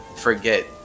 forget